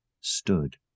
stood